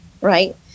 right